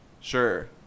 Sure